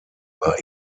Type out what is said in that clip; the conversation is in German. war